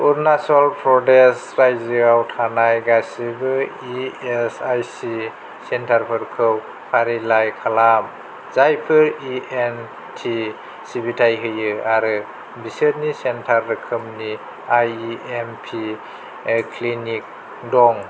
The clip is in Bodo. अरुणाचल प्रदेश रायजोआव थानाय गासैबो इ एस आइ सि सेन्टारफोरखौ फारिलाइ खालाम जायफोर इ एन टि सिबिथाय होयो आरो बिसोरनि सेन्टार रोखोमनि आइ एम पि क्लिनिक दं